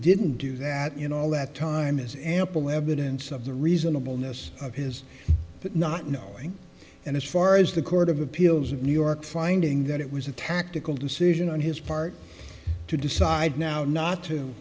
didn't do that you know all that time is ample evidence of the reasonable ness of his but not knowing and as far as the court of appeals of new york finding that it was a tactical decision on his part to decide now not to